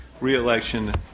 reelection